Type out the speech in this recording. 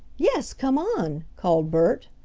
yes, come on, called bert.